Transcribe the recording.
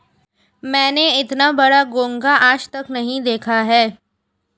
मैंने इतना बड़ा घोंघा आज तक नही देखा है